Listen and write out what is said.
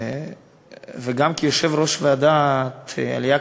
וגם כיושב-ראש ועדת העלייה,